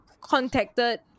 contacted